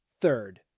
Third